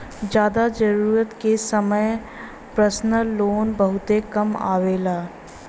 जादा जरूरत के समय परसनल लोन बहुते काम आवेला